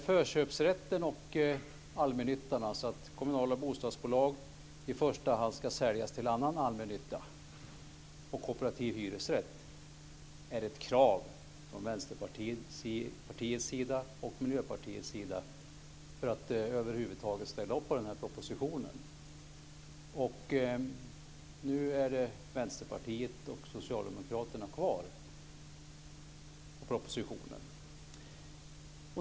Förköpsrätten inom allmännyttan, dvs. att kommunala bostadsbolag i första hand ska säljas till andra allmännyttiga bolag och kooperativ hyresrätt, är ett krav från Vänsterpartiet och Miljöpartiets sida för att över huvud taget ställa upp på propositionen. Nu är det Vänsterpartiet och Socialdemokraterna kvar bakom propositionen.